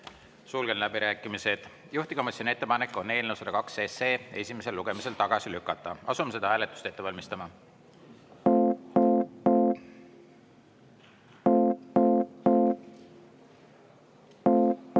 Sulgen läbirääkimised. Juhtivkomisjoni ettepanek on eelnõu 102 esimesel lugemisel tagasi lükata. Asume seda hääletust ette valmistama. Head